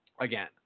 Again